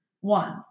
One